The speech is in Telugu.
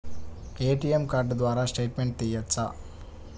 ఏ.టీ.ఎం కార్డు ద్వారా స్టేట్మెంట్ తీయవచ్చా?